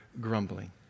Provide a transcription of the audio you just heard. grumbling